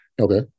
Okay